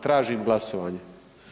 Tražim glasovanje.